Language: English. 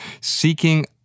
seeking